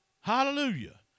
Hallelujah